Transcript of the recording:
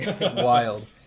wild